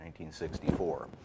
1964